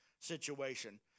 situation